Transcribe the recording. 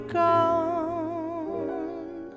gone